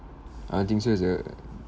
I think so is uh